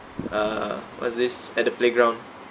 uh what's this at the playground